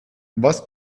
was